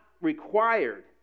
required